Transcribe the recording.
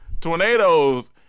Tornadoes